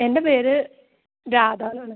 എൻ്റെ പേര് രാധാന്നാണ്